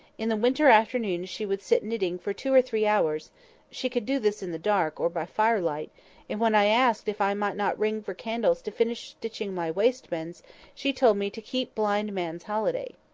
in the winter afternoons she would sit knitting for two or three hours she could do this in the dark, or by firelight and when i asked if i might not ring for candles to finish stitching my wristbands, she told me to keep blind man's holiday.